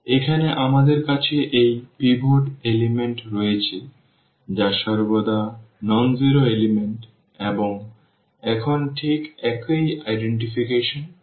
এখানে আমাদের কাছে এই পিভট উপাদানগুলি রয়েছে যা সর্বদা অ শূন্য উপাদান এবং এখন ঠিক একই সনাক্তকরণ রয়েছে